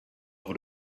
over